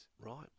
Right